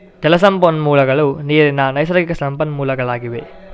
ಜಲ ಸಂಪನ್ಮೂಲಗಳು ನೀರಿನ ನೈಸರ್ಗಿಕ ಸಂಪನ್ಮೂಲಗಳಾಗಿವೆ